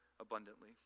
abundantly